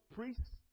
priests